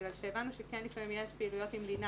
בגלל שהבנו שכן לפעמים יש פעילויות עם לינה